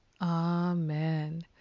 Amen